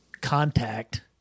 contact